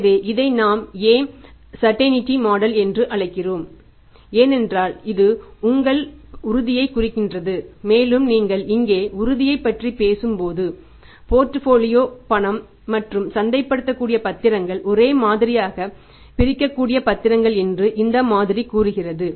எனவே இதை நாம் ஏன் ஸர்டந்டீ மாடல் பணம் மற்றும் சந்தைப்படுத்தக்கூடிய பத்திரங்கள் ஒரே மாதிரியாகப் பிரிக்கக்கூடிய பத்திரங்கள் என்று இந்த மாதிரி கூறுகிறது